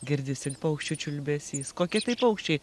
girdisi paukščių čiulbesys kokie tai paukščiai